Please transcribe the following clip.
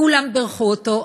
כולם בירכו אותו,